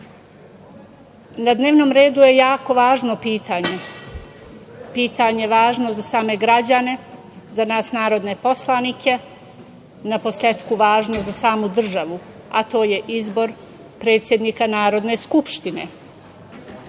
dnevnom redu je jako važno pitanje, pitanje važno za same građane, za nas narodne poslanike, naposletku važno za samu državu, a to je izbor predsednika Narodne skupštine. Ono